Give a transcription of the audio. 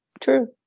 true